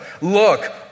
Look